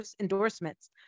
endorsements